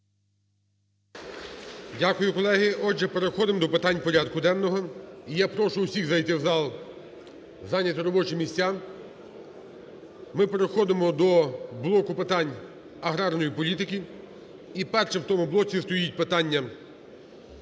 Дякую, колеги. Отже, переходимо до питань порядку денного, і я прошу усіх зайти в зал, зайняти робочі місця. Ми переходимо до блоку питань аграрної політики. І першим в тому блоці стоїть питання: